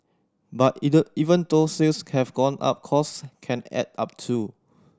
but either even though sales have gone up costs can add up too